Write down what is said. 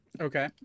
okay